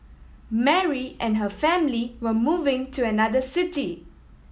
Mary and her family were moving to another city